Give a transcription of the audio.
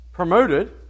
promoted